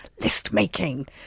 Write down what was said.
list-making